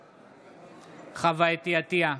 בעד חוה אתי עטייה,